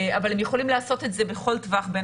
אבל הם יכולים לעשות את זה בכל טווח בין